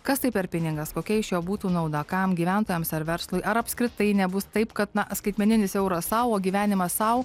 kas tai per pinigas kokia iš jo būtų nauda kam gyventojams ar verslui ar apskritai nebus taip kad na skaitmeninis euras sau o gyvenimas sau